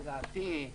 לדעתי,